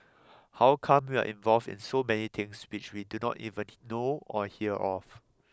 how come we are involved in so many things which we do not even know or hear of